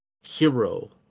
hero